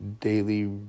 Daily